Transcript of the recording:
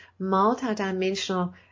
multidimensional